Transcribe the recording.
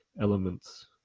elements